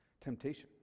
Temptation